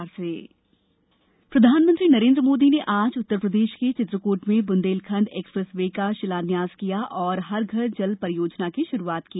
PM Chitrakoot प्रधानमंत्री नरेंद्र मोदी ने आज उत्तर प्रदेश के चित्रकूट में बुंदेलखण्ड एक्सप्रेस वे का शिलान्यास किया और हर घर जल परियोजना की शुरूआत की